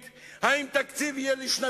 מכובדי, עם כל ההערכה שיש לי אליך,